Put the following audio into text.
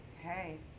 Hey